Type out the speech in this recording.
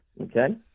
okay